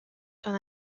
sont